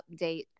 update